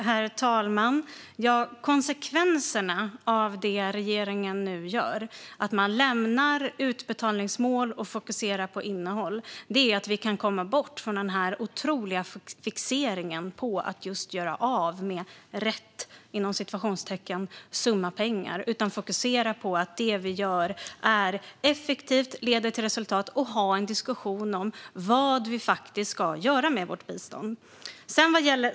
Herr talman! Konsekvenserna av det som regeringen nu gör, det vill säga lämnar utbetalningsmål och fokuserar på innehåll, är att vi kan komma bort från den otroliga fixeringen vid att göra av med "rätt" summa pengar. Då kan vi fokusera på att det vi gör är effektivt och leder till resultat och ha en diskussion om vad vi faktiskt ska göra med vårt bistånd.